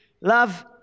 love